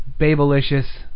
Babelicious